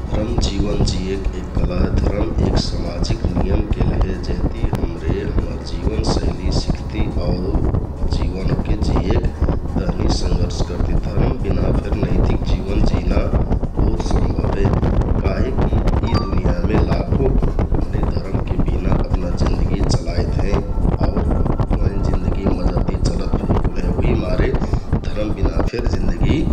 धरम जिवन जियेक एक कला हे । धरम एक समाजिक नियम केल हे । जेहति हमरे हम्मर जिवनशैलि सिख्ति आउ जिवन ओहके जियेक तहनि संघर्ष करति । धरम बिना फेक नैतिक जिवन जिना बहुत सम्भव हे काहिकि यि दुनियाँमे लाखौं, करोडौं मनैं धरमके बिना अपना जिन्दगि चलाइत हें । आउर ओइन जिन्दगि मजा ति चलत फेकुन हे उहिकमारे धरम बिना फेक जिन्दगि